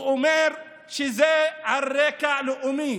הוא אומר שזה על רקע לאומני.